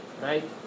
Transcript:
right